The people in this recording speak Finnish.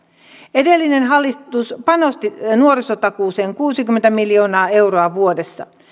edellinen hallitus panosti nuorisotakuuseen kuusikymmentä miljoonaa euroa vuodessa